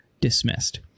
dismissed